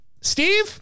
Steve